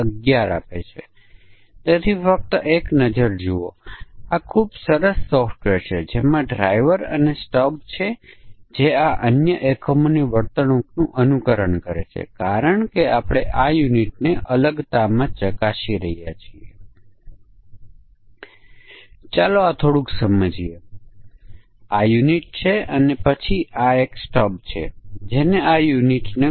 પ્રારંભ કરવા માટે એક ખૂબ જ સરળ ઉદાહરણ લઈએ અને મેં અગાઉ કહ્યું છે કે પરીક્ષણના કેસોની રચના કરવી ખૂબ પડકારજનક હોઈ શકે છે હું ખૂબ જ સરળ એક ઉદાહરણ સાથે શરૂ કરું છું અને પછી આપણે લોકો વધારે પડકારજનક ઉદાહરણ જોઈશું